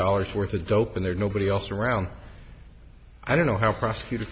dollars worth of dope and there's nobody else around i don't know how prosecutors